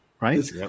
Right